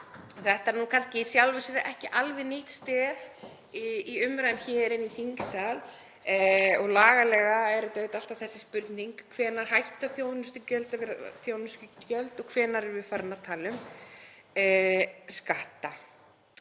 Þetta er nú kannski í sjálfu sér ekki alveg nýtt stef í umræðum hér í þingsal og lagalega er það auðvitað alltaf þessi spurning: Hvenær hætta þjónustugjöld að vera þjónustugjöld og hvenær erum við farin að tala um skatta?